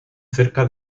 cerca